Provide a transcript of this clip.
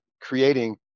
creating